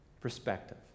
perspective